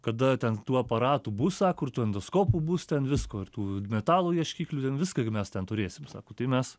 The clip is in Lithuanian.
kada ten tų aparatų bus sako ir tų endoskopų bus ten visko ir tų metalų ieškiklių ten viską gi mes ten turėsim sako tai mes